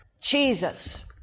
Jesus